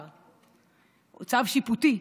או צו שיפוטי.